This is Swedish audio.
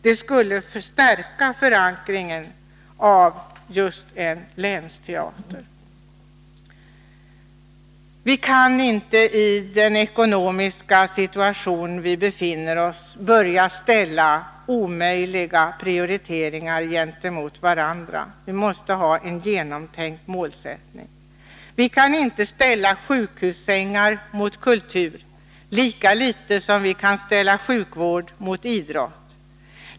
Det skulle stärka förankringen av just en länsteater. Vi kan inte i den ekonomiska situation som vi nu befinner oss i börja ställa omöjliga prioriteringar mot varandra. Vi måste ha en genomtänkt målsättning. Vi kan inte ställa sjukhussängar mot kultur, lika litet som vi kan ställa sjukvård mot idrott.